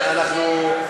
אורן, באמת, אנחנו,